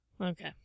Okay